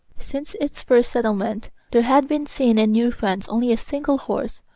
since its first settlement there had been seen in new france only a single horse,